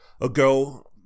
ago